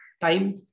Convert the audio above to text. time